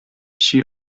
she